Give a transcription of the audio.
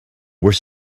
were